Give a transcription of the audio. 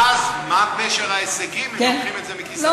ואז, מה פשר ההישגים אם לוקחים את זה מכיס אחר?